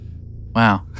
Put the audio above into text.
Wow